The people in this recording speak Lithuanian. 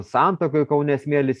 santakoj kaune smėlis